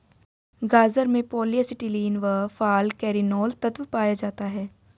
गाजर में polyacetylene व फालकैरिनोल तत्व पाया जाता है